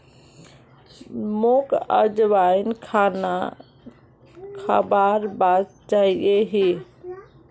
मोक अजवाइन खाना खाबार बाद चाहिए ही